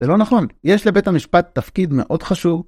זה לא נכון. יש לבית המשפט תפקיד מאוד חשוב.